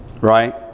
Right